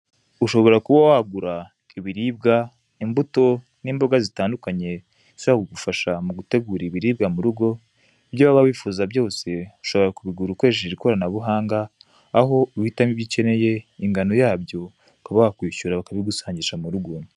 Ushobora kuba wagura ibiribwa, imbuto n'imboga zitandukanye bishobora kugufasha mu gutegura ibiribwa mu rugo ibyo waba wifuza byose ushobora kubigura ukoresheje ikoranabuhanga aho uhitamo ibyo ukeneye, ingano yabyo ukaba wakwishyura bakabigusangisha mu rugo.